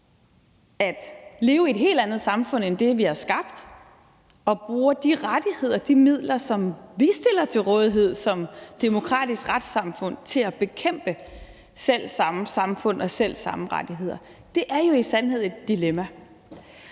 at leve i et helt andet samfund end det, vi har skabt, og bruger de rettigheder og de midler, som vi stiller til rådighed som demokratisk retssamfund, til at bekæmpe selv samme samfund og selv samme rettigheder. Det er jo i sandhed et dilemma.